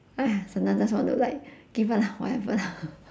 !aiya! sometimes just want to like give up lah whatever lah